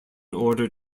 order